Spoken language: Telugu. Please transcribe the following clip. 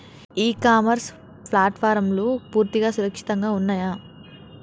ఇ కామర్స్ ప్లాట్ఫారమ్లు పూర్తిగా సురక్షితంగా ఉన్నయా?